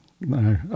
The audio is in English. no